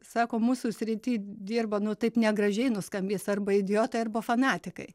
sako mūsų srity dirba nuo taip negražiai nuskambės arba idiotai arba fanatikai